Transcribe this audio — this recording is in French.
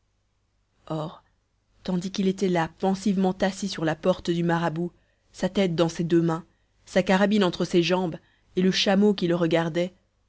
tandis qu'il était là pensivement assis sur la porte du marabout sa tête dans ses deux mains sa carabine entre ses jambes et le chameau qui le regardait